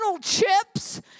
chips